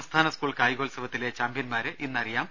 സംസ്ഥാന സ്കൂൾ കായികോത്സവത്തിലെ ചാംപ്യൻമാരെ ഇന്നറിയാം